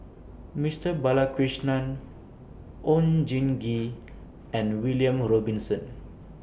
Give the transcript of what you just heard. Mister Balakrishnan Oon Jin Gee and William Robinson